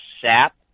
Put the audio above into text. sap